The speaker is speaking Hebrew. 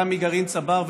גם מגרעין צבר,